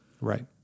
Right